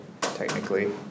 technically